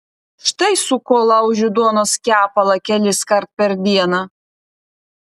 štai su kuo laužiu duonos kepalą keliskart per dieną